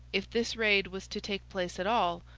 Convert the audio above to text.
if this raid was to take place at all,